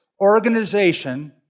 organization